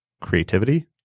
creativity